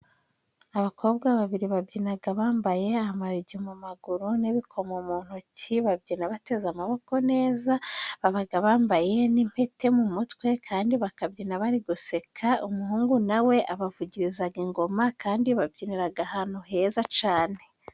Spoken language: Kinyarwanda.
Abakobwa babiri babyinaga bambaye amayugi mu maguru n'ibikomo mu ntoki, babyina bateze amaboko neza, babaga bambaye n'impete mu mutwe kandi bakabyina bari guseka, umuhungu na we abavugirizaga ingoma kandi babyiniraga ahantu heza cane.